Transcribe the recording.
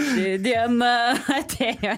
ši diena atėjo